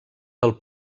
del